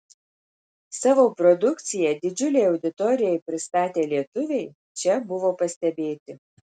savo produkciją didžiulei auditorijai pristatę lietuviai čia buvo pastebėti